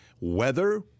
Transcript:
Weather